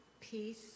peace